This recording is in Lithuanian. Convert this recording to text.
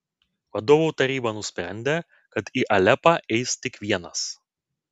vadovų taryba nusprendė kad į alepą eis tik vienas